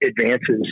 advances